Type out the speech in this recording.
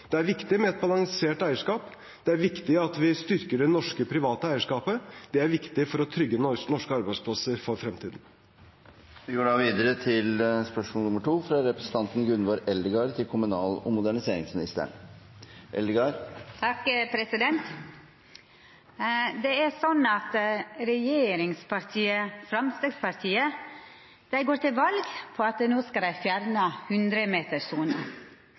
Det er viktig med et balansert eierskap. Det er viktig at vi styrker det norske private eierskapet. Det er viktig for å trygge norske arbeidsplasser for fremtiden. «Regjeringspartiet Fremskrittspartiet går til valg på